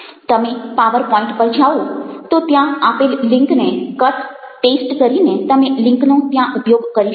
તમે PowerPoint પર જાઓ તો ત્યાં આપેલ લિન્કને ક્ટ પેઈસ્ટ કરીને તમે લિન્કનો ત્યાં ઉપયોગ કરી શકો